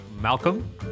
Malcolm